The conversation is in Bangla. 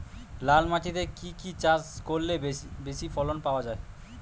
লাল মাটিতে কি কি চাষ করলে বেশি ফলন পাওয়া যায়?